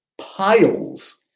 piles